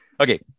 Okay